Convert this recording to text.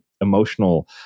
emotional